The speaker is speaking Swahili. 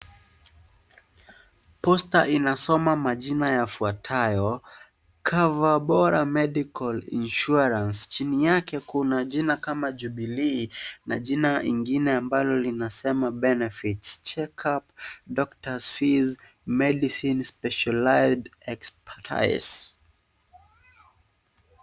Poster inasoma majina yafuatayo cover bora medical insurance chini yake kuna jina kama vile Jubilee na jina lingine ambalo linasema benefits check up, doctors fee, medicines, specialised expertise .